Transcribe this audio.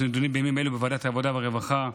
שנדונות בימים אלה בוועדת העבודה והרווחה,